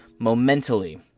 momentally